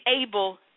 able